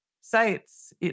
sites